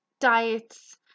diets